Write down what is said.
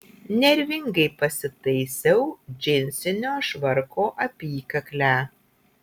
nervingai pasitaisiau džinsinio švarko apykaklę